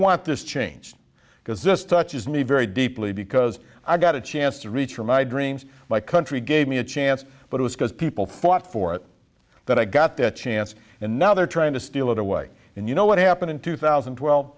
want this changed because this touches me very deeply because i got a chance to reach for my dreams my country gave me a chance but it was because people fought for it that i got that chance and now they're trying to steal it away and you know what happened in two thousand and twelve